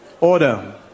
Order